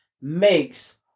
makes